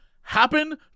happen